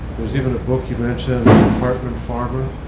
there's even a book you mentioned, the apartment farmer.